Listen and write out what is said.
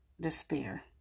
despair